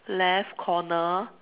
left corner